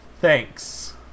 Thanks